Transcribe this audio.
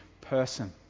person